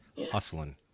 hustling